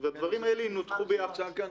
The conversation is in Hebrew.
והדברים האלה ינותחו ביחד.